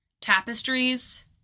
tapestries